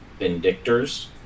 Vindictors